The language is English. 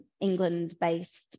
England-based